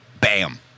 Bam